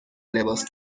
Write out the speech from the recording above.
لباس